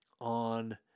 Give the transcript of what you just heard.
on